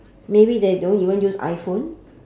maybe they don't even use iphone